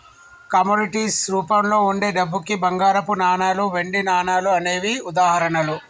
commodities రూపంలో వుండే డబ్బుకి బంగారపు నాణాలు, వెండి నాణాలు అనేవే ఉదాహరణలు